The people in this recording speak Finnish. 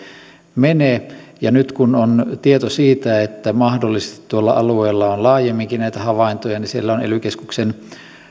mene ja nyt kun on tieto siitä että mahdollisesti tuolla alueella on laajemminkin näitä havaintoja niin siellä on ely keskuksen